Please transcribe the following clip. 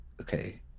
okay